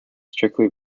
strictly